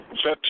Set